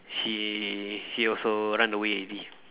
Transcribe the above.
she he also run away already